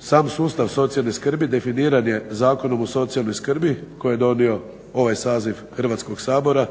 Sam sustav socijalne skrbi definiran je Zakonom o socijalnoj skrbi koji je donio ovaj saziv Hrvatskog sabora